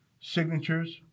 signatures